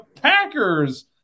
Packers